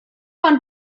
pan